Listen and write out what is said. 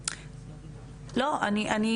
למה אני